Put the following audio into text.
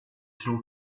tool